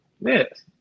Yes